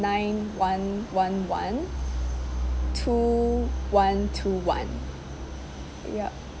nine one one one two one two one yup